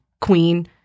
queen